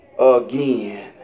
Again